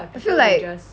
I feel like